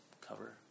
cover